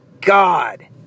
God